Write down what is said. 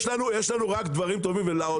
אני מתכוון לאוצר,